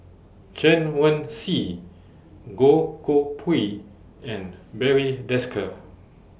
Chen Wen Hsi Goh Koh Pui and Barry Desker